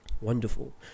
wonderful